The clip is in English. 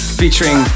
featuring